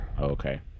Okay